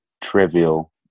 trivial